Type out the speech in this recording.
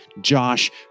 Josh